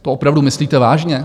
To opravdu myslíte vážně?